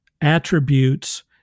attributes